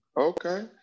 Okay